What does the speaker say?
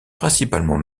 principalement